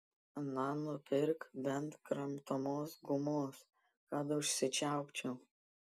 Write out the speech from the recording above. na nupirk bent kramtomos gumos kad užsičiaupčiau